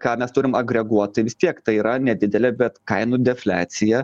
ką mes turim agreguot tai vis tiek tai yra nedidelė bet kainų defliacija